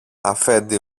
αφέντη